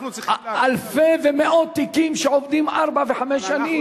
אלפי ומאות תיקים שעומדים ארבע וחמש שנים?